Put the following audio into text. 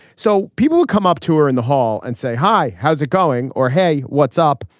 so people come up to her in the hall and say hi how's it going. or hey what's up.